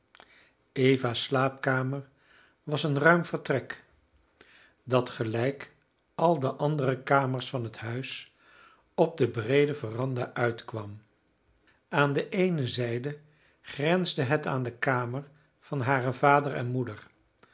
eva's slaapkamer was een ruim vertrek dat gelijk al de andere kamers van het huis op de breede veranda uitkwam aan de eene zijde grensde het aan de kamer van haren vader en moeder